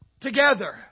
together